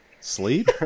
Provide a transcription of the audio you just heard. Sleep